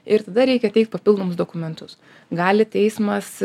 ir tada reikia teikt papildomus dokumentus gali teismas